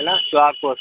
है ना सुहागपुर